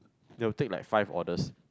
they will take like five orders